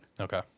Okay